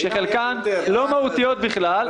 שחלקן לא מהותיות בכלל,